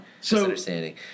misunderstanding